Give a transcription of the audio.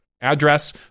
address